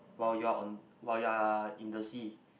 while you're on while you're in the sea